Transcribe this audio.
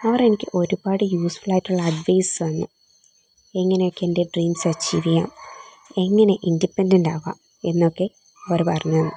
അവർ എനിക്ക് ഒരുപാട് യൂസ്ഫുൾ ആയിട്ടുള്ള അഡ്വൈസ് തന്നു എങ്ങനെയൊക്കെ എൻ്റെ ഡ്രീംസ് അച്ചീവ് ചെയ്യാം എങ്ങനെ ഇൻഡിപെൻഡൻ്റ് ആവാം എന്നൊക്കെ അവർ പറഞ്ഞ് തന്നു